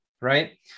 right